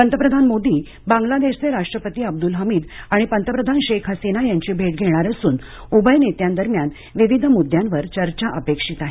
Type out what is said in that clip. पंतप्रधान मोदी बांग्लादेशचे राष्ट्रपती अब्दुल हमीद आणि पंतप्रधान शेख हसीना यांची भेट घेणार असून उभय नेत्यांदरम्यान विविध मुद्द्यांवर चर्चा अपेक्षित आहे